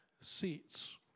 seats